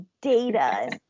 data